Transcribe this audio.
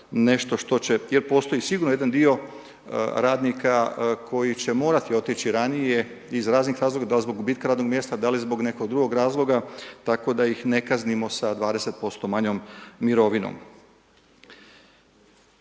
nešto što će, jer postoji sigurno jedan dio radnika koji će morati otići ranije iz raznih razloga, da li zbog gubitka radnog mjesta, da li zbog nekog drugog razloga tako da ih ne kaznimo sa 20% manjom mirovinom.